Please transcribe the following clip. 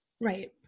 Right